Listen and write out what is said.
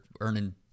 earning